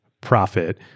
profit